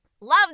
Love